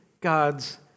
God's